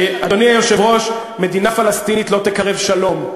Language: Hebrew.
אדוני היושב-ראש, מדינה פלסטינית לא תקרב שלום,